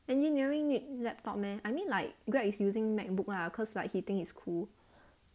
engineering need laptop meh I mean like greg is using macbook lah cause like he thinks it's cool